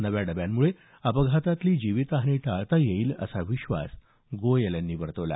नव्या डब्यांमुळे अपघातातली जीवित हानी टाळता येईल असा विश्वास गोयल यांनी वर्तवला